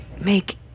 make